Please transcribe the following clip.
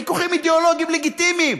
ויכוחים אידאולוגיים לגיטימיים,